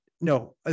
no